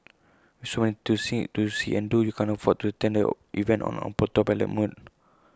with so many to see to see and do you can't afford to attend A event on autopilot mode